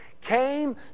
came